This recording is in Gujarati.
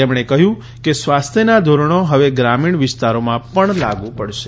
તેમણે કહયું કે સ્વાસ્થ્યના ધોરણો હવે ગ્રામીણ વિસ્તારોમાં પણ લાગુ પડશે